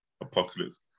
apocalypse